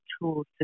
tools